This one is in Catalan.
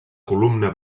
columna